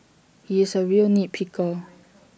he is A real nit picker